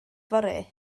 fory